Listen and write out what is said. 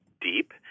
deep